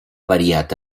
variat